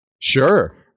Sure